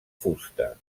fusta